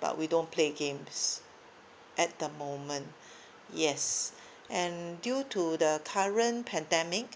but we don't play games at the moment yes and due to the current pandemic